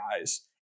guys